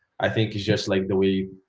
i think it's just like the way,